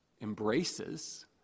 embraces